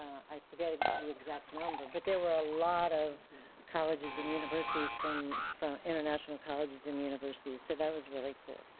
i forget ah the exact number, but there were a lot of colleges and universities from from international colleges and universities. so that was really cool.